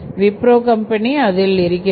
Wipro company அதில் இருக்கிறது